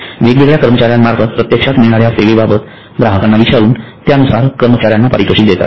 वेगवेगळ्या कर्मचाऱ्यांमार्फत प्रत्यक्षात मिळणाऱ्या सेवेबाबत ग्राहकांना विचारून त्यानुसार कर्मचाऱ्यांना पारितोषिक देता येते